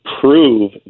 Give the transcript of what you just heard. prove